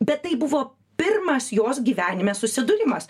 bet tai buvo pirmas jos gyvenime susidūrimas